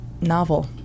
novel